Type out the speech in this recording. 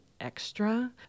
extra